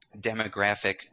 demographic